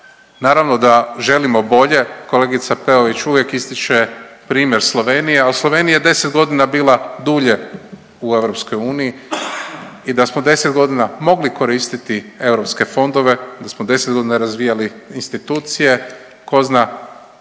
Naravno da želimo bolje. Kolegica Peović uvijek ističe primjer Slovenije, al Slovenija je 10 godina bila dulje u EU i da smo 10 godina mogli koristiti europske fondove, da smo 10 godina razvijali institucije tko zna